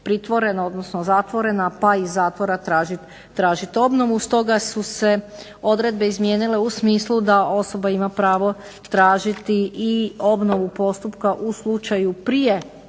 odnosno zatvorena pa iz zatvora tražit obnovu. Stoga su se odredbe izmijenile u smislu da osoba ima pravo tražiti i obnovu postupka u slučaju prije